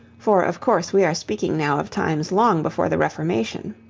for of course we are speaking now of times long before the reformation.